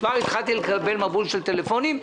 כבר התחלתי לקבל מבול של טלפונים.